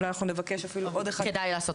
אולי נבקש עוד אחד.